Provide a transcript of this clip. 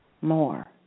more